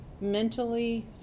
mentally